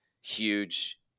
huge